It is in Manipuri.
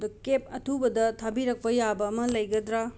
ꯑꯗꯣ ꯀꯦꯞ ꯑꯊꯨꯕꯗ ꯊꯥꯕꯤꯔꯛꯄ ꯌꯥꯕ ꯑꯃ ꯂꯩꯒꯗꯔꯥ